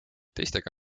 teistega